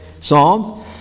psalms